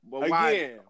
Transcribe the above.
again